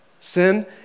Sin